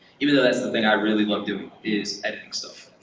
even though that's the thing i really love doing is editing stuff.